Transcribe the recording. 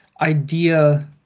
idea